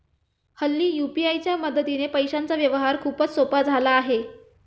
हल्ली यू.पी.आय च्या मदतीने पैशांचा व्यवहार खूपच सोपा झाला आहे